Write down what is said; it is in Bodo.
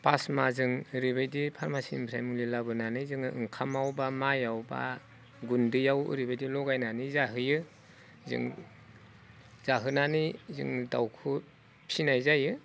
फास माह जों ओरैबायदि फार्मासिनिफ्राय मुलि लाबोनानै जोङो ओंखामाव बा माइआव बा गुन्दैआव ओरैबादि लगायनानै जाहोयो जों जाहोनानै जों दाउखौ फिनाय जायो